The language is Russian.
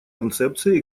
концепции